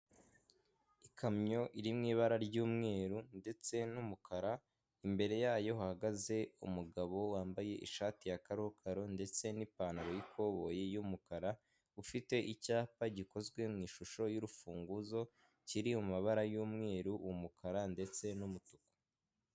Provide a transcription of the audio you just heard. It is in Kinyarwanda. Ikamyo iri mu ibara ry'umweru ndetse n'umukara imbere yayo ihagaze umugabo wambaye ishati ya karokaro ndetse n'ipantaro y'ikoboyi y'umukara ufite icyapa gikozwe mu ishusho y'urufunguzo kiri mu mabara y'umweru umukara ndetse n'umutuku.